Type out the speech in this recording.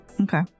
okay